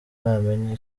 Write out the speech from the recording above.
ntamenya